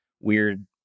weird